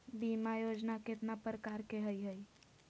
बीमा योजना केतना प्रकार के हई हई?